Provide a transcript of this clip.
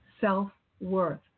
self-worth